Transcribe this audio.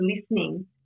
listening